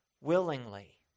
willingly